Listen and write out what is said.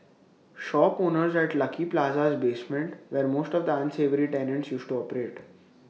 shop owners at lucky Plaza's basement where most of the unsavoury tenants used to operate